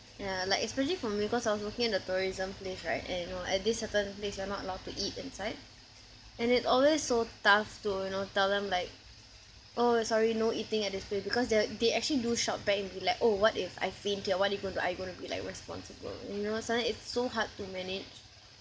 ya like especially for me cause I was working in the tourism place right and you know at this certain place you are not allowed to eat inside and it always so tough to you know tell them like oh sorry no eating at this place because they are like they actually do shout back and be like oh what if I faint here what are you going to do are you going to be like responsible you know sometimes it's so hard to manage